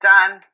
Done